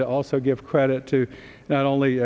to also give credit to not only